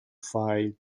phi